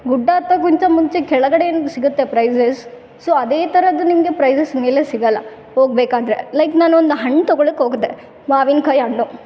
ಗುಡ್ಡ ಹತ್ತೋಕ್ಕಿಂತ ಮುಂಚೆ ಕೆಳಗಡೆ ಏನು ಸಿಗುತ್ತೆ ಪ್ರೈಸಸ್ ಸೊ ಅದೇ ಥರದ್ದು ನಿಮಗೆ ಪ್ರೈಸಸ್ ಮೇಲೆ ಸಿಗೋಲ್ಲ ಹೋಗ್ಬೇಕಾದ್ರೆ ಲೈಕ್ ನಾನು ಒಂದು ಹಣ್ಣು ತಗೊಳ್ಳೋಕೆ ಹೋಗದ್ದೆ ಮಾವಿನ್ಕಾಯಿ ಹಣ್ಣು